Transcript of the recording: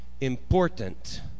important